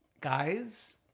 Guys